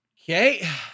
okay